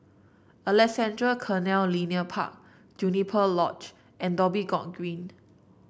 Alexandra Canal Linear Park Juniper Lodge and Dhoby Ghaut Green